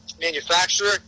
manufacturer